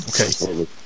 Okay